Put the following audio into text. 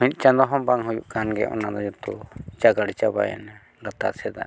ᱢᱤᱫ ᱪᱟᱸᱫᱚ ᱦᱚᱸ ᱵᱟᱝ ᱦᱩᱭᱩᱜ ᱠᱟᱱ ᱜᱮᱭᱟ ᱚᱱᱟ ᱡᱩᱛᱟᱹ ᱪᱟᱜᱟᱲ ᱪᱟᱵᱟᱭᱮᱱᱟ ᱞᱟᱛᱟᱨ ᱥᱮᱱᱟᱜ